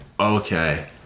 Okay